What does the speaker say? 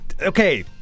Okay